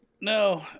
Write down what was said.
No